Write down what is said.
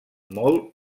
molt